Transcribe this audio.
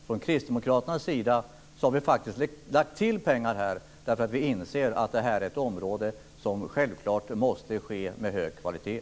Från Kristdemokraternas sida så har vi faktiskt lagt till pengar där, eftersom vi inser att detta är ett område där arbetet självklart måste ske med hög kvalitet.